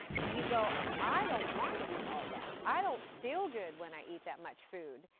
you go, i don't want to eat all that. i don't feel good when i eat that much food.